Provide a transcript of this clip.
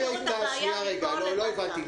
לא הבנתי,